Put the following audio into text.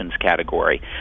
category